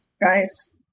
guys